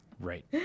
Right